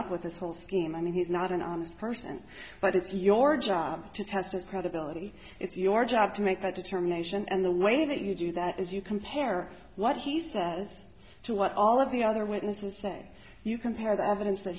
up with this whole scheme i mean he's not an honest person but it's your job to test his credibility it's your job to make that determination and the way that you do that is you compare what he says to what all of the other witnesses said you compare the evidence that